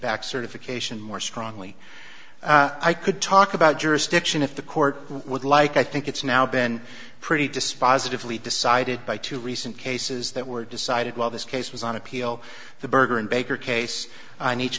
back certification more strongly i could talk about jurisdiction if the court would like i think it's now been pretty dispositively decided by two recent cases that were decided while this case was on appeal the burger and baker case on each